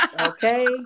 Okay